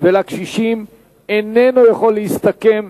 ולקשישים איננו יכול להסתכם